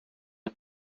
him